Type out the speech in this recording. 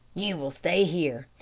you will stay here.